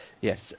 Yes